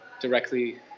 directly